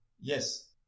Yes